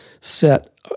set